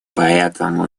поэтому